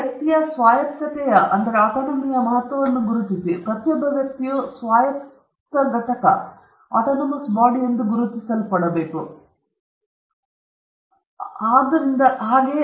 ಮತ್ತು ವ್ಯಕ್ತಿಯ ಸ್ವಾಯತ್ತತೆಯ ಮಹತ್ವವನ್ನು ಗುರುತಿಸಿ ಪ್ರತಿಯೊಬ್ಬ ವ್ಯಕ್ತಿಯು ಸ್ವಾಯತ್ತ ಘಟಕದೆಂದು ಗುರುತಿಸಲ್ಪಡುತ್ತಿದ್ದು ಅವನು ಅಥವಾ ಅವಳನ್ನು ಒಬ್ಬ ವ್ಯಕ್ತಿಯೆಂದು ಬಹಳ ವಾಸ್ತವದಿಂದ ನಾವು ಗೌರವಿಸಬೇಕು